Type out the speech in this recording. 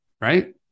Right